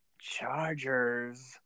Chargers